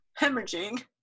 hemorrhaging